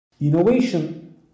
innovation